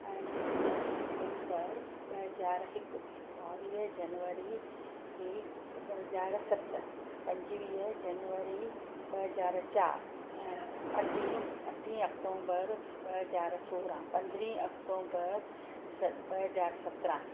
अरिड़ह सिप्टेंबर ॿ हज़ार हिकु ॿावीह जनवरी इहा ॿ हज़ार सत पंजुवीह जनवरी ॿ हज़ार चारि ऐं अठ अठ अक्टूबर ॿ हज़ार सोरहं पंद्रहं अक्टूबर स ॿ हज़ार सत्रहं